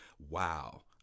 Wow